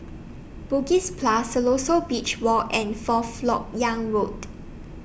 Bugis Plus Siloso Beach Walk and Fourth Lok Yang Road